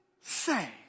say